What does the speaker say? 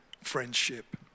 friendship